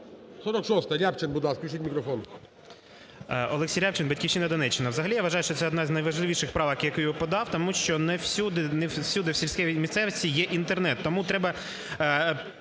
Олексій Рябчин, "Батьківщина", Донеччина. Взагалі я вважаю, що це одна з найважливіших правок, які я подав, тому що не всюди, не всюди в сільській місцевості є Інтернет.